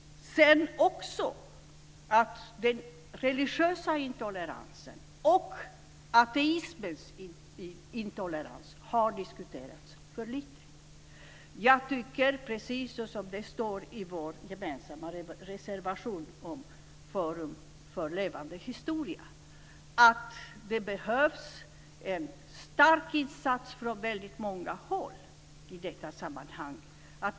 Den religiösa intoleransen och ateismens intolerans har också diskuterats för lite. Jag tycker, precis som det står i vår gemensamma reservation om Forum för levande historia, att det behövs en stark insats från väldigt många håll i detta sammanhang.